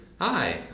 Hi